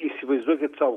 įsivaizduokit sau